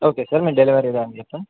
ఓేార్ డెవర ఇదాం చె సార్